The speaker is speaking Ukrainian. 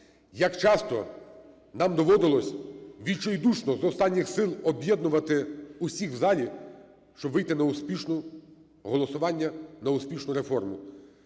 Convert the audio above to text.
як часто нам доводилося відчайдушно, з останніх сил об'єднувати усіх в залі, щоб вийти на успішне голосування, на успішну реформу.